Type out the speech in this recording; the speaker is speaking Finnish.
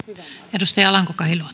arvoisa rouva